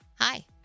hi